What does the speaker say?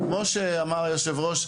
כמו שאמר היו"ר,